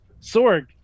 Sorg